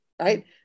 right